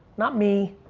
not me,